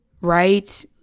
Right